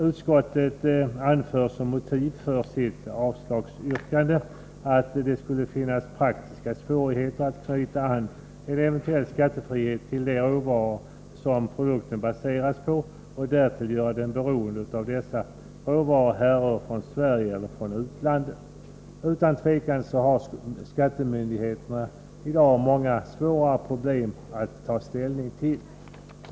Utskottet anför som motiv för sitt avstyrkande att det skulle finnas praktiska svårigheter förknippade med att anknyta en eventuell skattefrihet till huruvida de råvaror som produkten baseras på härrör från Sverige eller från utlandet. Utan tvivel har skattemyndigheterna i dag många svårare problem att ta ställning till.